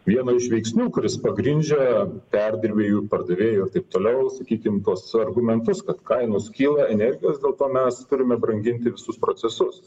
vieno iš veiksnių kuris pagrindžia perdirbėjų pardavėjų ir taip toliau sakykim tuos argumentus kad kainos kyla energijos dėl ko mes turime branginti visus procesus